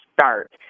start